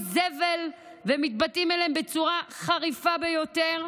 זבל" ומתבטאים כלפיהם בצורה חריפה ביותר.